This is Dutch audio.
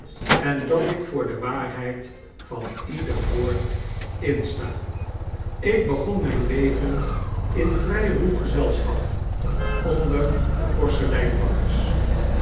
en dat ik voor de waarheid van ieder woord insta ik begon myn leven in vry ruw gezelschap onder de